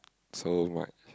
so much